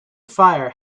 fire